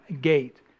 gate